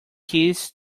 keys